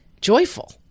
joyful